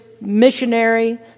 missionary